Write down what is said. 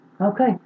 okay